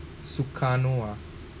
Sukarno ah